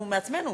אנחנו נצביע.